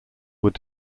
were